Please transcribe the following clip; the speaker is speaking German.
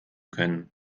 können